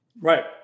Right